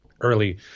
early